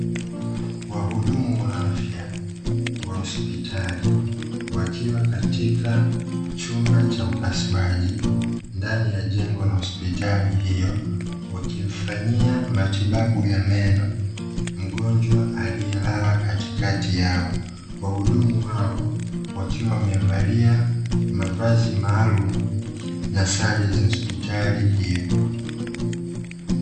Wahudumu wa afya wa hospitali wakiwa katika chumba cha upasuaji ndani ya jengo la hospitali hiyo, wakimfanyia matibabu ya meno mgonjwa aliyelala katikati yao. Wahudumu hao wakiwa wamevalia mavazi maalumu na sare za hospitali hiyo.